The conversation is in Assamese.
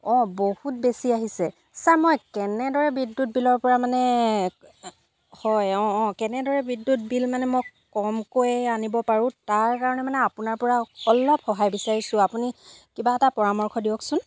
অঁ বহুত বেছি আহিছে ছাৰ মই কেনেদৰে বিদ্যুত বিলৰপৰা মানে হয় অঁ অঁ কেনেদৰে বিদ্যুত বিল মানে মই কমকৈ আনিব পাৰোঁ তাৰকাৰণে মানে আপোনাৰপৰা অলপ সহায় বিচাৰিছোঁ আপুনি কিবা এটা পৰামৰ্শ দিয়কচোন